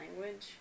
language